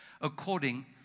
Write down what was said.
according